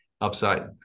upside